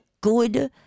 good